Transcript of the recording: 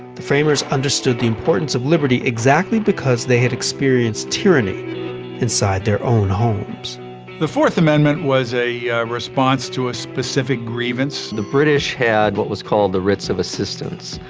the framers understood the importance of liberty exactly because they had experienced tyranny inside their own homes the fourth amendment was a response to a specific grievance. the british had what was called the writs of assistance.